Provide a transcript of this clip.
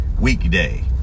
weekday